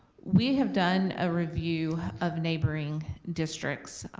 we have done a review of neighboring districts,